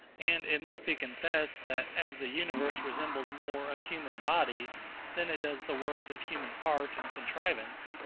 and it must be confessed, that, as the universe resembles more a human body than it does the works of human art and contrivance,